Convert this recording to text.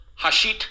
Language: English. hashit